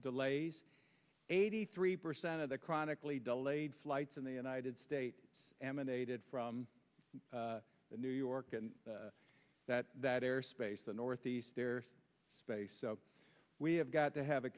delays eighty three percent of the chronically delayed flights in the united states emanated from new york and that that airspace the northeast their space so we have got to have a